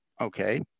okay